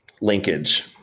linkage